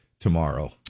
tomorrow